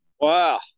Wow